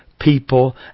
people